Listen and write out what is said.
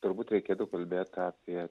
turbūt reikėtų kalbėt apie